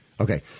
Okay